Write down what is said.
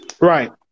Right